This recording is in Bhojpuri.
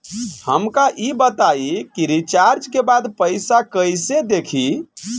हमका ई बताई कि रिचार्ज के बाद पइसा कईसे देखी?